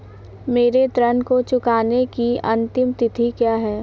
मेरे ऋण को चुकाने की अंतिम तिथि क्या है?